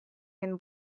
він